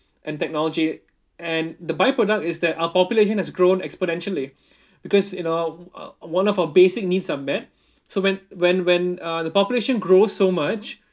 and technology and the byproduct is that our population has grown exponentially because you know uh one of our basic needs are met so when when when uh the population grows so much